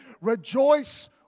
Rejoice